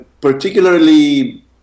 particularly